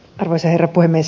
arvoisa herra puhemies